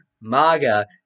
Maga